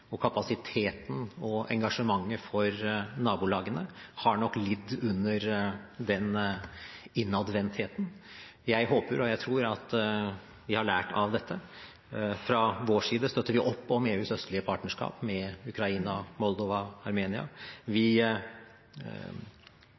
og kapasiteten og engasjementet for nabolagene har nok lidd under den innadvendtheten. Jeg håper, og jeg tror, at vi har lært av dette. Fra vår side støtter vi opp om EUs østlige partnerskap med Ukraina, Moldova og Armenia. Vi